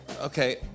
Okay